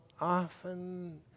often